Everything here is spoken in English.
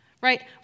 Right